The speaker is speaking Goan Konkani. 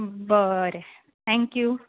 बरें थँक्यू